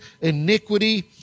iniquity